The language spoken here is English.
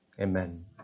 Amen